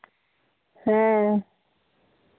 ᱦᱮᱸ